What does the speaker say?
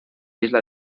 isla